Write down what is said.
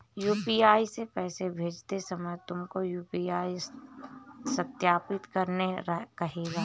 UPI से पैसे भेजते समय तुमको यू.पी.आई सत्यापित करने कहेगा